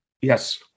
Yes